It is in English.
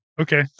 Okay